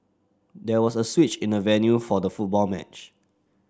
there was a switch in the venue for the football match